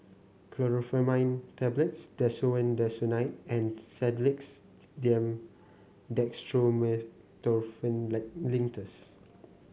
Chlorpheniramine Tablets Desowen Desonide and Sedilix D M Dextromethorphan Linctus